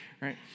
right